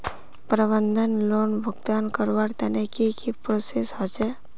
प्रबंधन लोन भुगतान करवार तने की की प्रोसेस होचे?